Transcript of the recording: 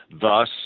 thus